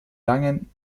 langen